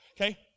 Okay